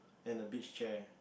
and a beach chair